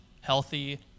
healthy